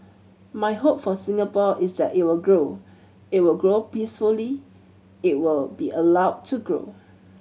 my hope for Singapore is that it will grow it will grow peacefully it will be allowed to grow